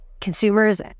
consumers